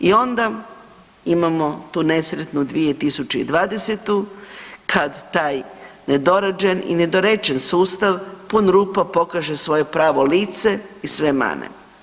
I onda imamo tu nesretnu 2020.-tu kad taj nedorađen i nedorečen sustav pun rupa pokaže svoje pravo lice i sve mane.